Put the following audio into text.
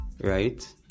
right